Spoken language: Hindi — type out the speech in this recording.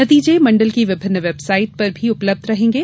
नतीजे मंडल की विभिन्न वेबसाइट पर भी उपलब्ध रहेंगे